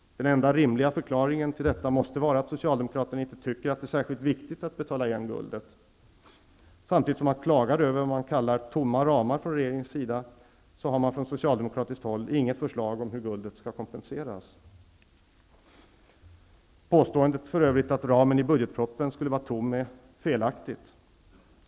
Den enda rimliga förklaringen till detta måste vara att socialdemokraterna inte tycker att det är särskilt viktigt att betala tillbaka guldet. Samtidigt som man klagar över vad man kallar tomma ramar från regeringen, har man från socialdemokratiskt håll inget förslag om hur guldet skall kompenseras. Påståendet att ramarna i budgetpropositionen skulle vara tomma är för övrigt felaktigt.